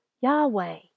Yahweh